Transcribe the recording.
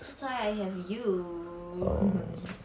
so I have you